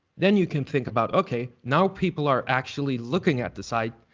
then you can think about okay, now people are actually looking at the site.